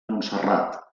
montserrat